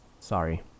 Sorry